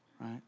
right